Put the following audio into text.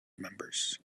members